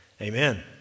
amen